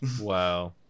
Wow